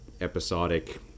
episodic